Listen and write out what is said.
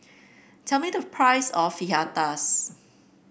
tell me the price of Fajitas